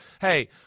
Hey